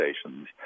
stations